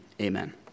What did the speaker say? Amen